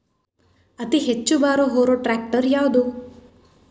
ಅತಿ ಹೆಚ್ಚ ಭಾರ ಹೊರು ಟ್ರ್ಯಾಕ್ಟರ್ ಯಾದು?